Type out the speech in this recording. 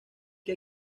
que